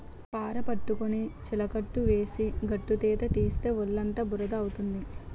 పార పట్టుకొని చిలకట్టు వేసి గట్టుతీత తీస్తే ఒళ్ళుఅంతా బురద అవుతుంది